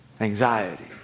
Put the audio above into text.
Anxiety